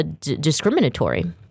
discriminatory